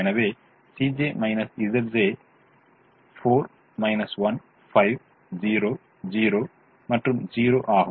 எனவே Cj Zj கள் 4 1 5 0 0 மற்றும் 0 ஆகும்